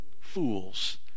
Fools